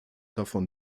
davon